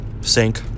sink